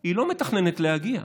היא לא מתכננת להגיע,